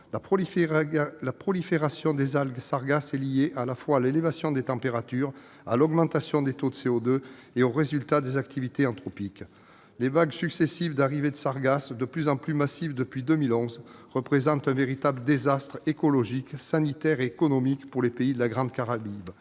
la prolifération de ces algues est liée à la fois à l'élévation des températures, à l'augmentation des taux de CO2 et aux résultats des activités anthropiques. Leurs vagues successives d'arrivées, de plus en plus massives depuis 2011, représentent un véritable désastre écologique, sanitaire et économique pour les pays de la Grande Caraïbe.